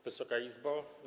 Wysoka Izbo!